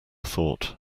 thought